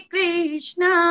Krishna